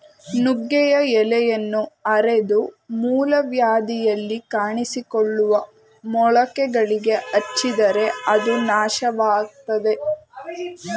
ನುಗ್ಗೆಯ ಎಲೆಯನ್ನ ಅರೆದು ಮೂಲವ್ಯಾಧಿಯಲ್ಲಿ ಕಾಣಿಸಿಕೊಳ್ಳುವ ಮೊಳಕೆಗಳಿಗೆ ಹಚ್ಚಿದರೆ ಅದು ನಾಶವಾಗ್ತದೆ